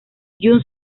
jun